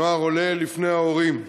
נוער עולה לפני ההורים.